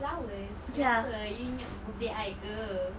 flowers kenapa you ingat birthday I ke